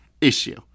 issue